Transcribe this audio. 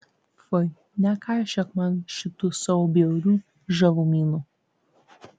fui nekaišiok man šitų savo bjaurių žalumynų